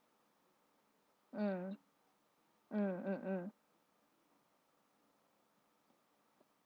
mm mm mm mm